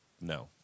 No